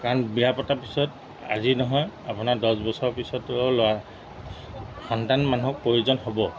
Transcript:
কাৰণ বিয়া পতাৰ পিছত আজি নহয় আপোনাৰ দহ বছৰ পিছতো ল'ৰা সন্তান মানুহক প্ৰয়োজন হ'ব